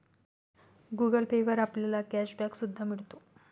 Google Pay वर आपल्याला cash back सुद्धा मिळतो